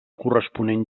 corresponent